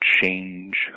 change